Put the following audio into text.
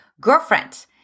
Girlfriend